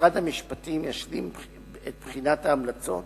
משרד המשפטים ישלים את בחינת ההמלצות,